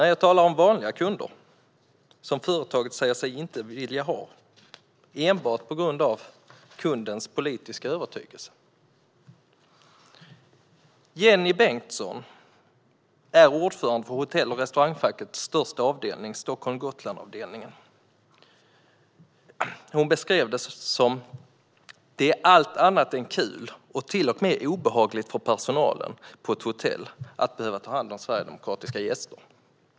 Jag talar om vanliga kunder som företaget säger sig inte vilja ha enbart på grund av kundens politiska övertygelse. Jenny Bengtsson är ordförande för Hotell och restaurangfackets största avdelning, Avdelning Stockholm-Gotland. Hon beskrev det som: Det är allt annat än kul och till och med obehagligt för personalen på ett hotell att behöva ta hand om sverigedemokratiska gäster.